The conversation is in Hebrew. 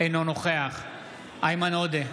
אינו נוכח איימן עודה,